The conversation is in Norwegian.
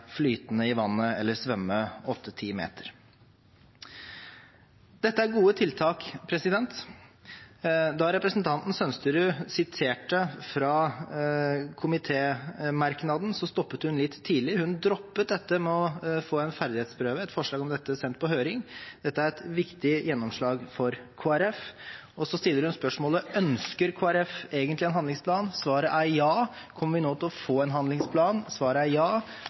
flytende i vannet eller svømme åtte–ti meter. Dette er gode tiltak. Da representanten Sønsterud siterte fra komitémerknaden, stoppet hun litt tidlig. Hun droppet dette med å få en ferdighetsprøve og å få et forslag om dette sendt på høring. Dette er et viktig gjennomslag for Kristelig Folkeparti. Og så stiller hun spørsmålet: Ønsker Kristelig Folkeparti egentlig en handlingsplan? Svaret er ja. Kommer vi nå til å få en handlingsplan? Svaret er ja.